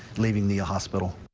leaving the hospital.